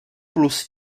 plus